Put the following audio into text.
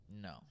No